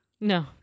no